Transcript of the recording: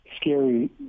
scary